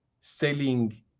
selling